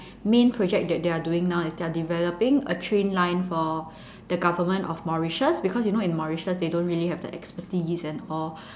main project that they're doing now is they're developing a train line for the government of Mauritius because you know in Mauritius they don't really have the expertise and all